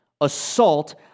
assault